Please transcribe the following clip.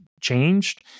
changed